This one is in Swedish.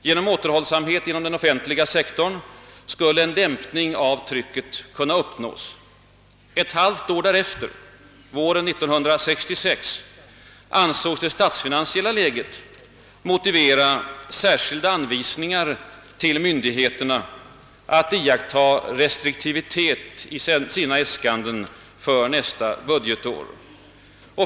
Genom återhållsamhet inom den offentliga sektorn skulle en dämpning av trycket kunna uppnås. Ett halvt år därefter, våren 1966, ansågs det statsfinansiella läget motivera särskilda anvisningar till myndigheterna att iaktta restriktivitet i sina äskanden för nästa budgetår.